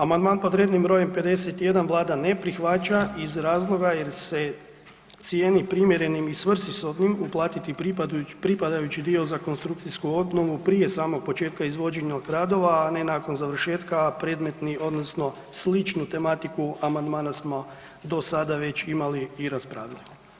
Amandmani pod rednim br. 51 Vlada ne prihvaća iz razloga jer se cijeni primjerenim i svrsishodnim uplatiti pripadajući dio za konstrukcijsku obnovu prije samog početka izvođenja radova, a ne nakon završetka predmetni odnosno sličnu tematiku amandmana smo do sada već imali i raspravili.